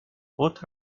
what